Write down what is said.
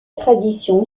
tradition